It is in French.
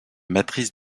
matrice